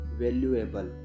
valuable